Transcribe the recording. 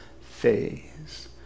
phase